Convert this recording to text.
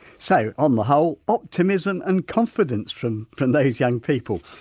so, on the whole, optimism and confidence from from those young people.